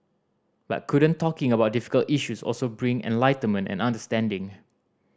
but couldn't talking about difficult issues also bring enlightenment and understanding